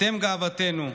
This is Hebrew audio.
אתם גאוותנו.